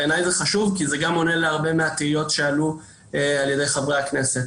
בעיניי זה חשוב כי זה גם עונה על הרבה מהתהיות שעלו על ידי חברי הכנסת.